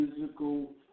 physical